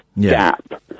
gap